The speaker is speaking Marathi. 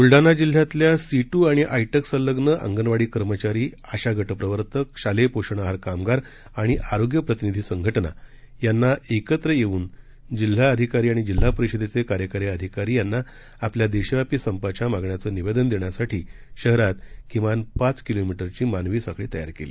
बुलढाणा जिल्ह्यातील सीटू आणि आयटक संलग्न आंगणवाडी कर्मचारी आशा गटप्रवर्तक शालेय पोषण आहार कामगार आणि आरोग्य प्रतिनिधी संघटना यांनी एकत्र येऊन जिल्हा अधिकारी आणि जिल्हापरिषेदेचे कार्यकारी अ्धिकारी यांना आपल्या देशव्यापी संपाच्या मागण्याचे निवेदन देण्यासाठी शहरात किमान पाच किलोमीटरची मानवी साखळी तयार केली